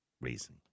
reason